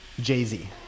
Jay-Z